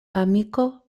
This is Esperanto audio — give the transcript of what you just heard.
amiko